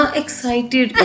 excited